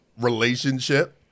relationship